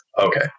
Okay